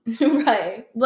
Right